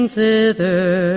thither